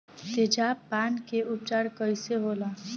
तेजाब पान के उपचार कईसे होला?